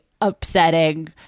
upsetting